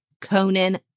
Conan